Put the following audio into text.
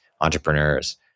entrepreneurs